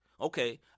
Okay